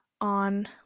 on